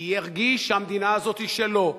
ירגיש שהמדינה הזאת היא שלו.